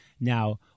Now